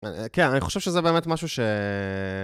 כן, אני חושב שזה באמת משהו ש...